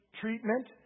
treatment